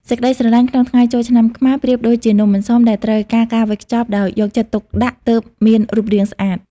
សេចក្ដីស្រឡាញ់ក្នុងថ្ងៃចូលឆ្នាំខ្មែរ ប្រៀបដូចជា "នំអន្សម" ដែលត្រូវការការវេចខ្ចប់ដោយយកចិត្តទុកដាក់ទើបមានរូបរាងស្អាត។